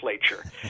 legislature